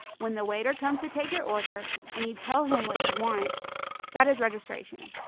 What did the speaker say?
when the waiter comes to take your order and you tell him what you want that is registration!